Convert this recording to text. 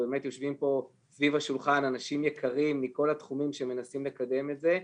באמת יושבים פה סביב השולחן אנשים יקרים מכל התחומים שמנסים לקדם את זה.